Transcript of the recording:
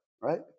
right